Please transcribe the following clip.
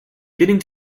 getting